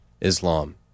islam